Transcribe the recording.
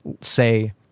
say